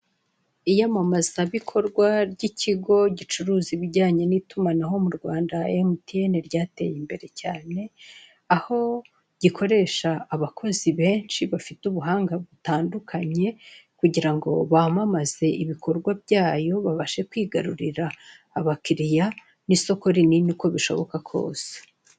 Iyamamazabikorwa ry'ikigo gicuruza ibijyanye n'itumanaho mu rwanda emutiyene ryateye imbere cyane, aho gikoresha abakozi benshi bafite ubuhanga butandukanye kugirango, bamamaze ibikorwa byabo babashe kwikururira abakiriya n'isoko rinini uko bishoboka kose.